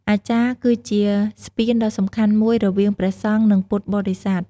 អាចារ្យគឺជាស្ពានដ៏សំខាន់មួយរវាងព្រះសង្ឃ និងពុទ្ធបរិស័ទ។